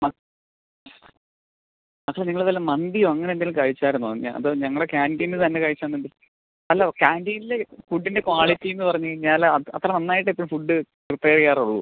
മക്കളേ നിങ്ങൾ വല്ല മന്തിയോ അങ്ങനെ എന്തേലും കഴിച്ചായിരുന്നോ ഞാൻ അത് ഞങ്ങളെ കാൻ്റീനിൽ നിന്ന് തന്നെ കഴിച്ചതാണെന്ന് ഹലോ കാൻ്റീനിൽ ഫുഡിൻ്റെ ക്വാളിറ്റി എന്ന് പറഞ്ഞു കയിഞ്ഞാൽ അത് അത്ര നന്നായിട്ട് എപ്പോഴും ഫുഡ് പ്രിപ്പയർ ചെയ്യാറുള്ളൂ